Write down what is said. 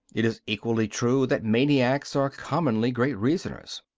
it is equally true that maniacs are commonly great reasoners.